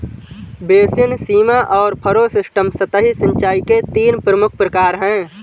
basin, सीमा और furrow system सतही सिंचाई के तीन प्रमुख प्रकार है